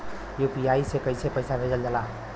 UPI से कइसे पैसा भेजल जाला?